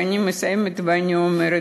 ואני מסיימת ואני אומרת,